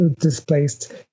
displaced